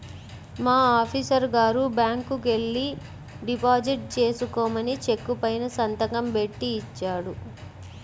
మా ఆఫీసరు గారు బ్యాంకుకెల్లి డిపాజిట్ చేసుకోమని చెక్కు పైన సంతకం బెట్టి ఇచ్చాడు